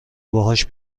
باهاش